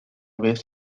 vez